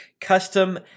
custom